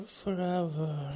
forever